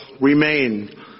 remain